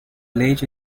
late